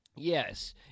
Yes